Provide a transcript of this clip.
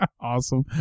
Awesome